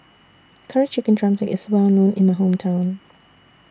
Curry Chicken Drumstick IS Well known in My Hometown